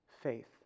faith